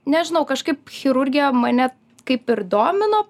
nežinau kažkaip chirurgija mane kaip ir domino